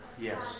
Yes